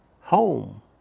home